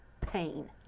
pain